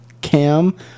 Cam